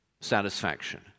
satisfaction